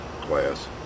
class